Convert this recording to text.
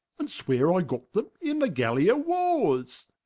and swore i got them in the gallia warres.